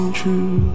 true